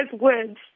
words